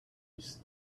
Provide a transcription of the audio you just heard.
it’s